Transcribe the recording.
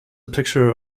picture